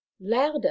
louder